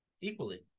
Equally